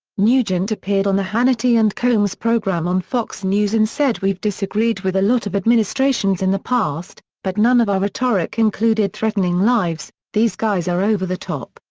nugent appeared on the hannity and colmes program on fox news and said we've disagreed with a lot of administrations in the past, but none of our rhetoric included threatening lives, these guys are over the top,